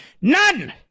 None